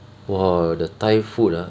!wah! the thai food ah